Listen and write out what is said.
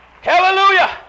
Hallelujah